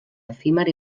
efímer